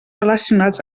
relacionats